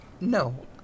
No